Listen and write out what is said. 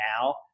now